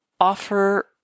offer